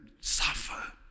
suffer